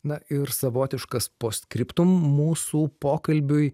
na ir savotiškas post skriptum mūsų pokalbiui